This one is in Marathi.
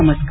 नमस्कार